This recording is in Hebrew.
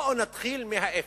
בואו נתחיל מאפס,